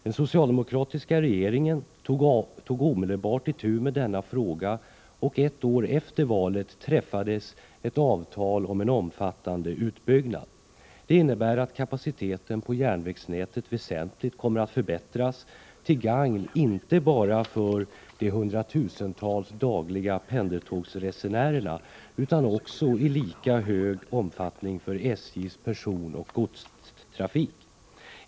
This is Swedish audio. Den socialdemokratiska regeringen tog omedelbart itu med denna fråga, och ett år efter valet träffades ett avtal om en omfattande utbyggnad. Det innebär att kapaciteten på järnvägsnätet väsentligt kommer att förbättras, till gagn inte bara för de hundra tusentals dagliga pendelstågsresenärerna utan också i lika stor omfattning för SJ:s personoch godstrafik.